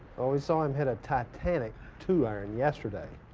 well we saw him hit a titanic two iron yesterday.